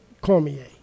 Cormier